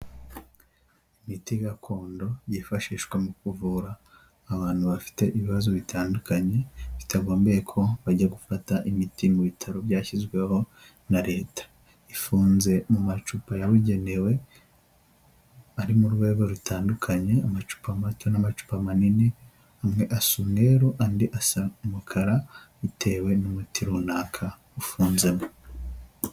Imiti gakondo yifashishwa mu kuvura abantu bafite ibibazo bitandukanye bitagombeye ko bajya gufata imiti mu bitaro byashyizweho na leta. Ifunze mu macupa yabugenewe ari mu rwego rutandukanye amacupa mato n'amacupa manini, amwe asa umweru andi asa umukara bitewe n'umuti runaka ufunzemo.